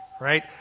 right